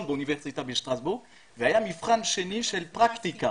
באוניברסיטת שטרסבורג והיה מבחן שני של פרקטיקה